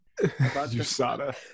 USADA